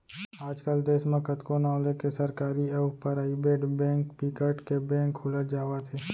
आज कल देस म कतको नांव लेके सरकारी अउ पराइबेट बेंक बिकट के बेंक खुलत जावत हे